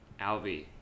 Alvi